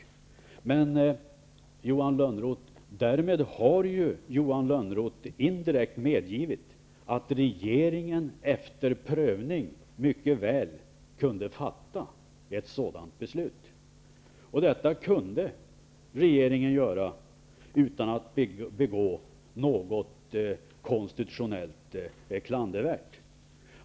Men därmed har ju Johan Lönnroth indirekt medgivit att regeringen efter prövning mycket väl kunde fatta ett sådant beslut. Och detta kunde regeringen göra utan att göra något konstitutionellt klandervärt.